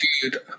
Dude